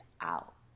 out